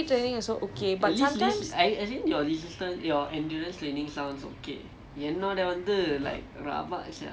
endurance all like okay lah you know the usual drill everything that one all like fine lah speed training also okay but sometimes